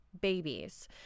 babies